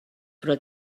però